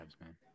man